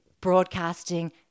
broadcasting